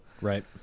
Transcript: Right